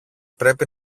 πρέπει